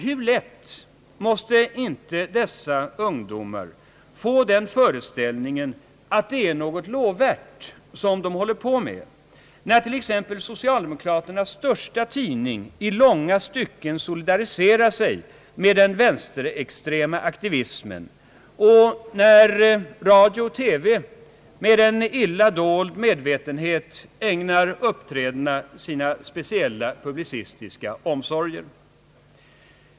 Hur lätt måste inte dessa ungdomar få den föreställningen att det är något lovvärt som de håller på med, när t.ex. socialdemokraternas största tidning i långa stycken solidariserar sig med den vänsterextrema aktivismen och när radio och TV med en illa dold medvetenhet ägnar uppträdena sina speciella publicistiska omsorger.